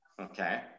Okay